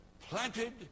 planted